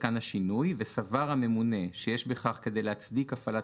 ומכאן השינוי: וסבר הממונה שיש בכך כדי להצדיק הפעלת